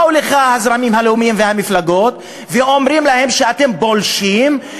באו לך הזרמים הלאומיים והמפלגות ואומרים להם: אתם פולשים.